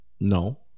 No